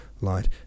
light